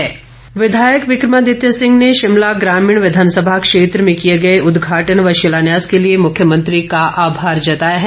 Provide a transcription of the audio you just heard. Wick मादित्य Singh विधायक विक्रमादित्य सिंह ने शिमला ग्रामीण विधानसभ क्षेत्र में किए गए उदघाटन व शिलान्यास के लिए मुख्यमंत्री का आभार जताया है